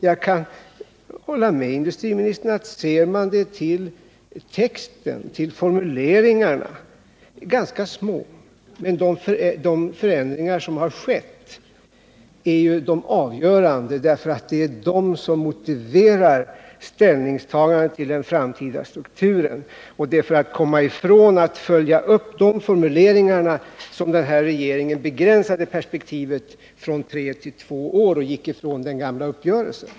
Jag kan hålla med industriministern om att ifall vi ser till texten, till formuleringarna, kan vi säga att förändringarna är ganska små. Men de förändringar som skett är ju de avgörande, för det är dessa som motiverar ställningstagandet till den framtida strukturen, och det är för att komma ifrån att följa upp de här formuleringarna som den nuvarande regeringen begränsat perspektivet från tre till två år och gått ifrån den gamla uppgörelsen.